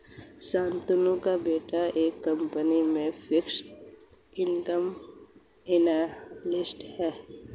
शांतनु का बेटा एक कंपनी में फिक्स्ड इनकम एनालिस्ट है